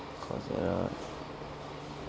course notes